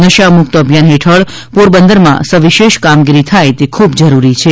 નશા મૂક્ત અભિયાન હેઠળ પોરબંદરમાં સવિશેષ કામગીરી થાય તે ખુબ જરૂરી છે